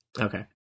okay